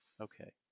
Okay